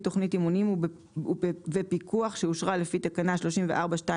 תכנית אימונים ופיקוח שאושרה לפי תקנה 34(2)ב.3.